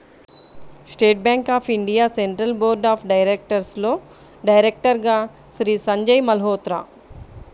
state Bank of India Central Board of డైరెక్టర్స్లో డైరెక్టర్గా శ్రీ సంజయ్ మల్హోత్రా